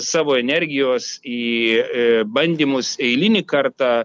savo energijos į bandymus eilinį kartą